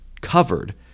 covered